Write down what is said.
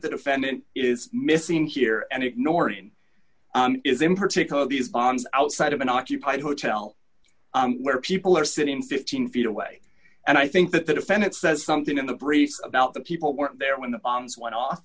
the defendant is missing here and ignoring is in particular these bombs outside of an occupied hotel where people are sitting fifteen feet away and i think that the defendant says something in the briefs about the people weren't there when the bombs went off